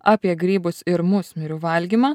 apie grybus ir musmirių valgymą